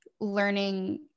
learning